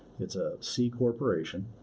it's a c corporation,